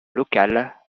local